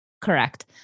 Correct